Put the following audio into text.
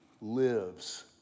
lives